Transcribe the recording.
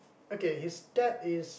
okay his dad is